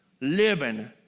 living